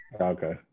Okay